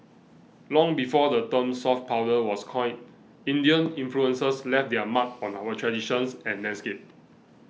long before the term soft power was coined Indian influences left their mark on our traditions and landscape